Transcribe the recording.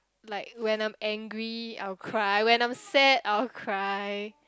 like when I'm angry I will cry when I'm sad I will cry